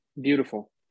Beautiful